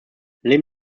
lim